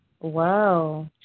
Wow